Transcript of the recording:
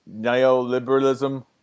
neoliberalism